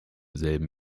selben